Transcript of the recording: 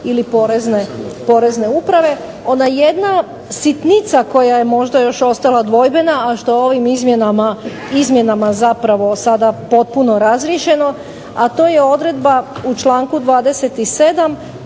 ili porezne uprave. Ona jedna sitnica koja je možda još ostala dvojbena, a što je ovim izmjenama zapravo sada potpuno razriješeno, a to je odredba u članku 27.